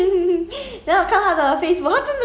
他们讲剪到很平